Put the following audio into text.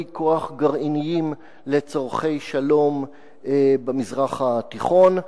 כוח גרעיניים לצורכי שלום במזרח התיכון.